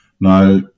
Now